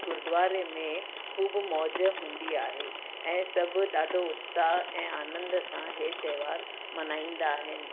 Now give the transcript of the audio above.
गुरुद्वारे में ख़ूब मौज हूंदी आहे ऐं सभु ॾाढो उत्साह ऐं आनंद सां इहे त्योहार मल्हाईंदा आहिनि